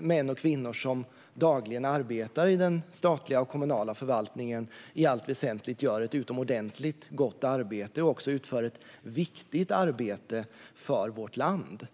män och kvinnor som dagligen arbetar i den statliga och kommunala förvaltningen i allt väsentligt gör ett utomordentligt gott arbete och också utför ett viktigt arbete för vårt land.